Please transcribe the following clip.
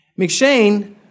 McShane